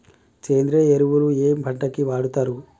సేంద్రీయ ఎరువులు ఏ పంట కి వాడుతరు?